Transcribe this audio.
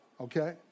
okay